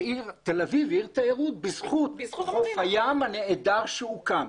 שהעיר תל אביב היא עיר תיירות בזכות חוף הים הנהדר שהוקם.